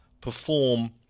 perform